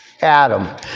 Adam